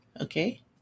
okay